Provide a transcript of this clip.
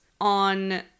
on